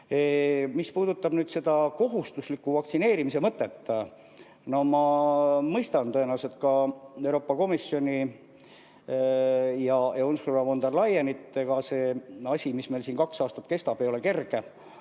Mis puudutab kohustusliku vaktsineerimise mõtet – no ma mõistan tõenäoliselt ka Euroopa Komisjoni ja Ursula von der Leyenit. Ega see asi, mis meil siin kaks aastat on kestnud, ei ole kerge.